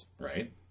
right